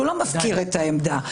לא מפקיר את העמדה.